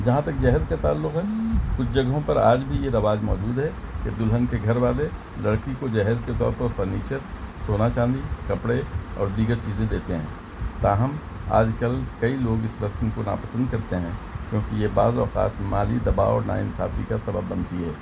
جہاں تک جہیز کا تعلق ہے کچھ جگہوں پر آج بھی یہ رواج موجود ہے کہ دلہن کے گھر والے لڑکی کو جہیز کے طور پر فرنیچر سونا چاندی کپڑے اور دیگر چیزیں دیتے ہیں تاہم آج کل کئی لوگ اس رسم کو ناپسند کرتے ہیں کیونکہ یہ بعض اوقات مالی دباؤ اور ناانصافی کا سبب بنتی ہے